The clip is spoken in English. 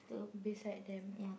beside them